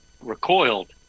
recoiled